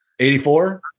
84